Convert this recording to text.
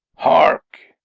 hark!